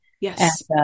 Yes